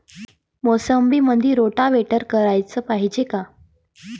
मोसंबीमंदी रोटावेटर कराच पायजे का?